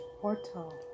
portal